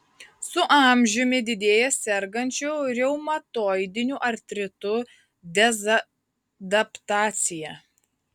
su amžiumi didėja sergančių reumatoidiniu artritu dezadaptacija